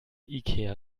ikea